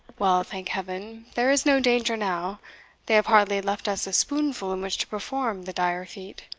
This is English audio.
well, thank heaven, there is no danger now they have hardly left us a spoonful in which to perform the dire feat.